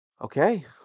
Okay